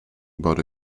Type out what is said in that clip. but